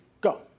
go